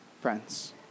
friends